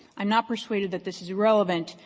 i'm not persuaded that this is relevant.